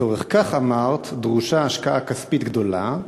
לצורך זה, אמרת, דרושה השקעה כספית גדולה,